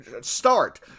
start